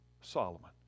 solomon